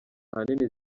ahanini